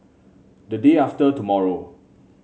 the day after tomorrow